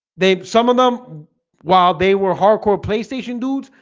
they some of them while they were hardcore playstation dudes,